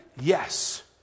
yes